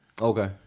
Okay